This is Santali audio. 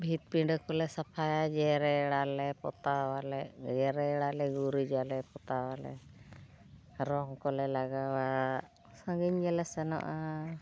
ᱵᱷᱤᱛ ᱯᱤᱰᱟᱹ ᱠᱚᱞᱮ ᱥᱟᱯᱷᱟᱭᱟ ᱡᱮᱨᱮᱲᱟᱞᱮ ᱯᱚᱛᱟᱣᱟᱞᱮ ᱡᱮᱨᱮᱲᱟᱞᱮ ᱜᱩᱨᱤᱡᱟᱞᱮ ᱯᱚᱛᱟᱣᱟᱞᱮ ᱨᱚᱝ ᱠᱚᱞᱮ ᱞᱟᱜᱟᱣᱟ ᱥᱟᱺᱜᱤᱧ ᱜᱮᱞᱮ ᱥᱮᱱᱚᱜᱼᱟ